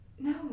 No